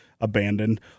abandoned